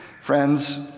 Friends